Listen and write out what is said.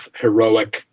heroic